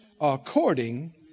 according